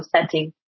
setting